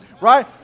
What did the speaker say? right